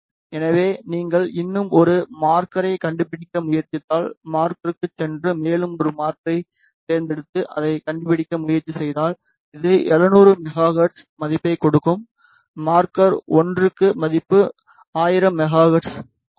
எனவே நீங்கள் இன்னும் ஒரு மார்க்கரைக் கண்டுபிடிக்க முயற்சித்தால் மார்க்கருக்குச் சென்று மேலும் ஒரு மார்க்கரைத் தேர்ந்தெடுத்து அதைக் கண்டுபிடிக்க முயற்சி செய்தால் இது 700 மெகா ஹெர்ட்ஸ் மதிப்பைக் கொடுக்கும் மார்க்கர் 1 க்கு மதிப்பு 1000 மெகா ஹெர்ட்ஸ் கொடுக்கலாம்